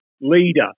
leader